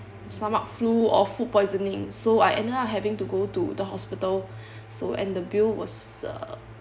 stomach flu or food poisoning so I ended up having to go to the hospital so and the bill was uh